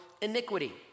iniquity